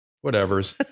Whatever's